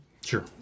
Sure